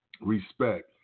respect